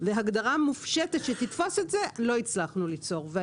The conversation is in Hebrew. והגדרה מופשטת שתתפוס את זה לא הצלחנו ליצור.